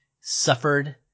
suffered